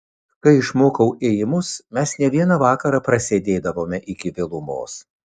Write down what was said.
kai išmokau ėjimus mes ne vieną vakarą prasėdėdavome iki vėlumos